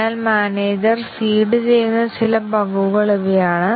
അതിനാൽ manager seed ചെയ്യുന്ന ചില ബഗുകൾ ഇവയാണ്